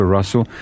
Russell